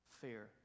fear